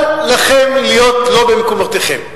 אל לכם להיות לא במקומותיכם.